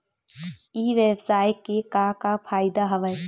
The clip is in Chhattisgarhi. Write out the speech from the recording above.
ई व्यवसाय के का का फ़ायदा हवय?